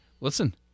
listen